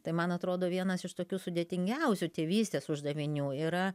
tai man atrodo vienas iš tokių sudėtingiausių tėvystės uždavinių yra